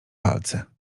palce